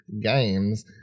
Games